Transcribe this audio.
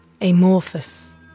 amorphous